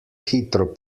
hitro